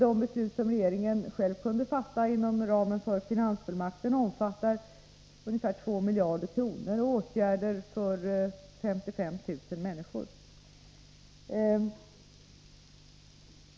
De beslut som regeringen själv kunnat fatta inom ramen för finansfullmakten omfattar ungefär 2 miljarder kronor och åtgärder för 55 000 människor.